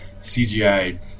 CGI